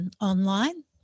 online